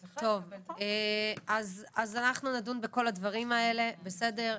טוב, אז אנחנו נדון בכל הדברים האלה, בסדר?